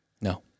No